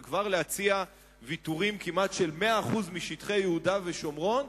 וכבר להציע ויתורים של כמעט 100% משטחי יהודה ושומרון,